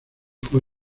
fue